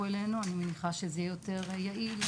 אלינו אני מניחה שזה יהיה יותר יעיל,